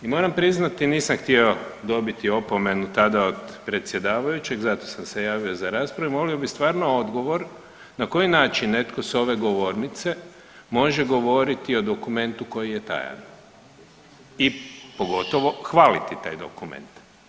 Moram priznati nisam htio dobiti opomenu tada od predsjedavajućeg zato sam se javio za raspravu, molio bih stvarno odgovor na koji način netko s ove govornice može govoriti o dokumentu koji je tajan i pogotovo hvaliti taj dokument.